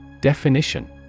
Definition